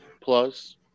Plus